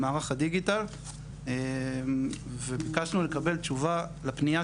למערך הדיגיטל וביקשנו לקבל תשובה לפנייה